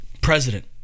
president